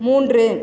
மூன்று